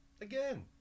Again